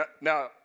Now